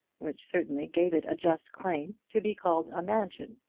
which certainly gave it a just claim to be called a mansion.